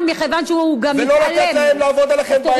ואם לא ננטרל אותה, היא תתפוצץ על הראש של כולנו.